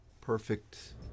perfect